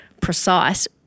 precise